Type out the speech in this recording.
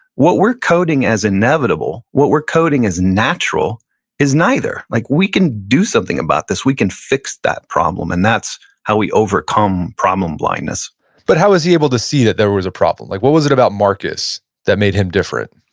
what we're coding as inevitable, what we're coding as natural is neither. like we can do something about this, we can fix that problem and that's how we overcome problem blindness but how was he able to see that there was a problem? like what was it about marcus that made him different?